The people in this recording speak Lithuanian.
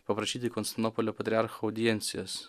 paprašyti konstantinopolio patriarcho audiencijos